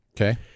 Okay